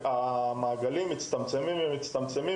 אנחנו הולכים ומצטמצמים,